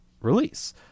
release